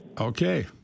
Okay